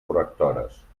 correctores